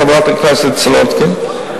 חברת הכנסת סולודקין,